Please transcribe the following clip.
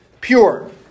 pure